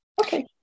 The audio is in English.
Okay